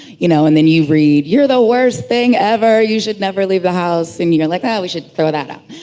you know and then you read, you're the worst thing ever, you should never leave the house. and you're like, oh we should throw that out.